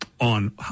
on